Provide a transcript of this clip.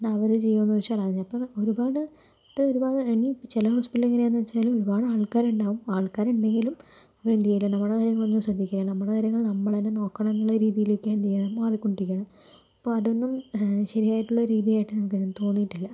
എന്നാൽ അവർ ചെയ്യുമോയെന്ന് ചോദിച്ചാൽ അതിനപ്പറം ഒരുപാട് മറ്റ് ഒരുപാട് ഇനി ചില ഹോസ്പിറ്റലിൽ എങ്ങനെയാണെന്ന് വെച്ചാൽ ഒരുപാട് ആൾക്കാരുണ്ടാകും ആൾക്കാരുണ്ടെങ്കിലും അവർ എന്തു ചെയ്യില്ല നമ്മുടെ കാര്യങ്ങളൊന്നും ശ്രദ്ധിക്കില്ല നമ്മുടെ കാര്യങ്ങൾ നമ്മൾ തന്നെ നോക്കണം എന്നുള്ള രീതിയിലേക്ക് എന്തു ചെയ്യുക മാറി കൊണ്ടിരിക്കുകയാണ് ഇപ്പോൾ അതൊന്നും ശരിയായിട്ടുള്ള രീതിയായിട്ട് നമുക്ക് എന്ത് തോന്നിയിട്ടില്ല